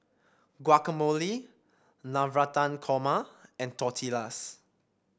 Guacamole Navratan Korma and Tortillas